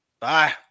Bye